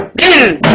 do